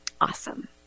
Awesome